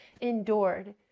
endured